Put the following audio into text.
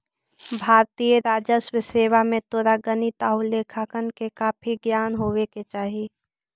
भारतीय राजस्व सेवा में तोरा गणित आउ लेखांकन के काफी ज्ञान होवे के चाहि